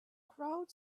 crowd